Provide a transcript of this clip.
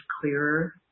clearer